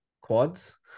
quads